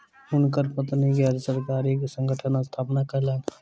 हुनकर पत्नी गैर सरकारी संगठनक स्थापना कयलैन